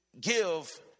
give